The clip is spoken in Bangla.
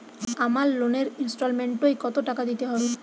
আমার লোনের ইনস্টলমেন্টৈ কত টাকা দিতে হবে?